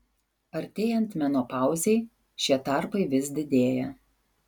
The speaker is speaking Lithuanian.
artėjant menopauzei šie tarpai vis didėja